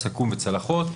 סכו"ם וצלחות.